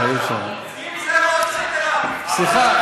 סליחה,